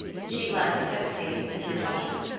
she glanced hesitatingly at her daughter.